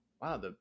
wow